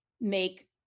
make